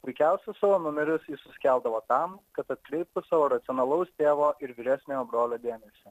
puikiausius savo numerius jis suskeldavo tam kad atkreiptų savo racionalaus tėvo ir vyresniojo brolio dėmesį